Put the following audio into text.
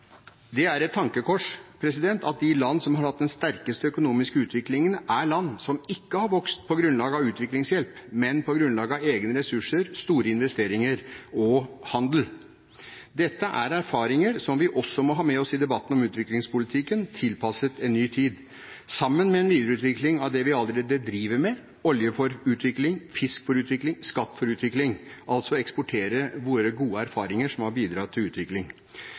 Det er et tankekors at de land som har hatt den sterkeste økonomiske utviklingen, er land som ikke har vokst på grunnlag av utviklingshjelp, men på grunnlag av egne ressurser, store investeringer og handel. Dette er erfaringer som vi også må ha med oss i debatten om utviklingspolitikken, tilpasset en ny tid, sammen med en videreutvikling av det vi allerede driver med, Olje for utvikling, Fisk for utvikling, Skatt for utvikling, altså eksportere våre gode erfaringer som har bidratt til utvikling.